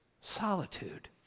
solitude